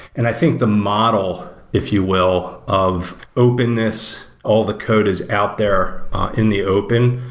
and i think the model, if you will, of openness, all the code is out there in the open,